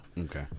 Okay